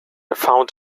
found